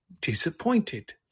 disappointed